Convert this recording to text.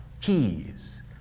keys